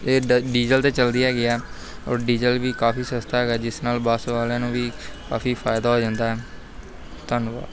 ਇਹ ਡ ਡੀਜ਼ਲ 'ਤੇ ਚਲਦੀ ਹੈਗੀ ਹੈ ਔਰ ਡੀਜ਼ਲ ਵੀ ਕਾਫ਼ੀ ਸਸਤਾ ਹੈਗਾ ਜਿਸ ਨਾਲ ਬੱਸ ਵਾਲਿਆਂ ਨੂੰ ਵੀ ਕਾਫ਼ੀ ਫ਼ਾਇਦਾ ਹੋ ਜਾਂਦਾ ਧੰਨਵਾਦ